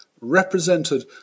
represented